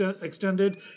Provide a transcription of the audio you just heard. extended